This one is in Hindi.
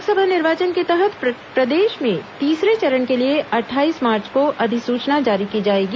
लोकसभा निर्वाचन के तहत प्रदेश में तीसरे चरण के लिए अट्ठाईस मार्च को अधिसूचना जारी की जाएगी